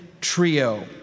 trio